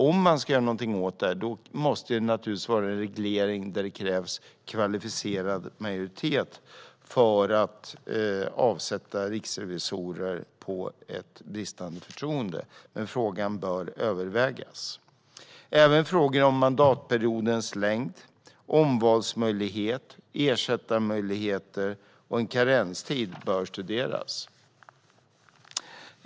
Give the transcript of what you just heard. Om man ska göra någonting åt detta måste vi få en reglering där kvalificerad majoritet krävs för att avsätta riksrevisorer på grund av bristande förtroende. Frågan bör dock övervägas. Även frågor om mandatperiodens längd, omvalsmöjlighet, ersättarmöjligheter och en karenstid bör studeras.